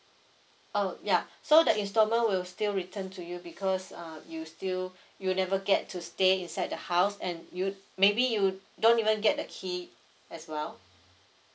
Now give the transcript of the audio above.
oh yeah so the installment will still return to you because uh you still you'll never get to stay inside the house and you maybe you don't even get the key as well